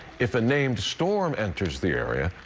if a named storm enters the area,